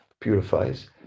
purifies